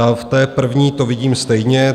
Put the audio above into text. V té první to vidím stejně.